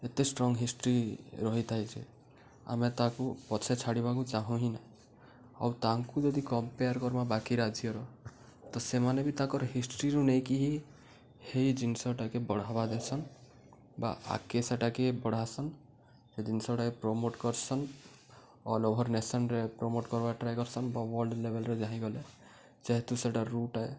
ଏତେ strong history ରହିଥାଏ ଯେ ଆମେ ତାକୁ ପଛେ ଛାଡ଼ିବାକୁ ଚାହୁଁ ହିଁ ନାହିଁ ଆଉ ତାଙ୍କୁ ଯଦି କମ୍ପେୟାର କରିବା ବାକି ରାଜ୍ୟର ତ ସେମାନେ ବି ତାଙ୍କର ହିଷ୍ଟ୍ରିରୁ ନେଇକି ହିଁ ହେଇ ଜିନିଷଟାକେ ବଢ଼ବା ଦେସନ୍ ବା ଆଗ୍କେ ସେଟାକେ ବଢ଼ାସନ୍ ସେ ଜିନିଷଟାକେ ପ୍ରମୋଟ କରସନ୍ ଅଲଓଭର ନେସନ୍ରେ ପ୍ରୋମୋଟ କର୍ବା ଟ୍ରାଏ କରସନ୍ ବା ୱାର୍ଲ୍ଡ ଲେଭଲରେ ଯାହିଁ ଗଲେ ଯେହେତୁ ସେଟା ରୁଟ୍ ହେ